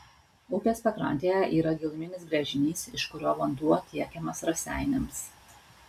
upės pakrantėje yra giluminis gręžinys iš kurio vanduo tiekiamas raseiniams